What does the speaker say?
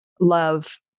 love